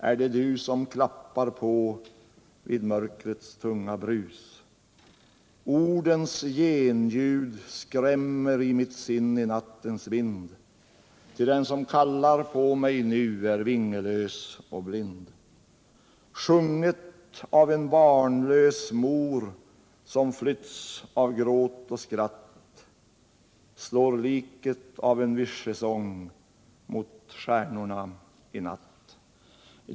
Är det du som klappar på vid mörkrets tunga brus? Ordens genljud skrämmer i mitt sinn i nattens vind, ty den som kallar på mig nu är vingelös och blind. Sjunget av en barnlös mor som flytts av gråt och skratt slår liket av en vyssjesång mot stjärnorna i natt.